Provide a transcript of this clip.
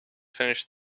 finish